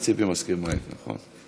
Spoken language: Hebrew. ציפי מסכימה איתי, נכון?